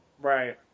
right